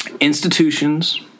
institutions